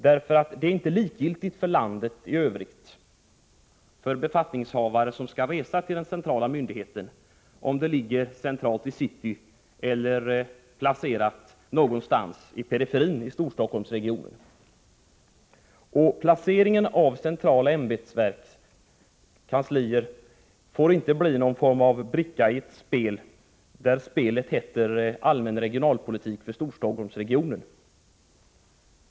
Det är nämligen inte likgiltigt för landet i övrigt eller för befattningshavare som skall resa till den centrala myndigheten om den ligger centralt i city eller är placerad någonstans i Storstockholmsregionens periferi. Placeringen av centrala ämbetsverks kanslier får inte bli någon form av bricka i ett spel som heter allmän regionalpolitik för Storstockholmsregionen.